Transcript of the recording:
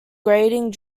grading